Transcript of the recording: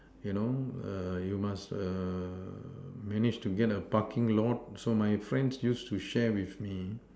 you know err you must err manage to get a parking lot so my friend used to share with me